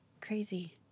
crazy